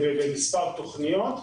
במספר תכניות.